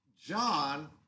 John